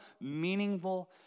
meaningful